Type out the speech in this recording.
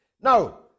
Now